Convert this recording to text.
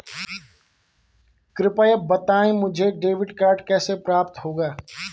कृपया बताएँ मुझे डेबिट कार्ड कैसे प्राप्त होगा?